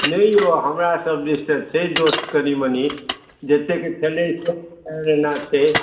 नहि यौ हमरासभ दिस तऽ छै दोस्त कनी मनी जते छलै सभ अहिना छै